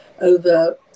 over